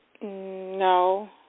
No